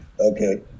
Okay